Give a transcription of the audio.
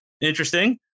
Interesting